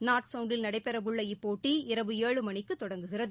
நார்த்சவுண்டில் நடைபெறவுள்ள இப்போட்டி இரவு ஏழு மணிக்கு தொடங்குகிறது